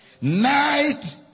night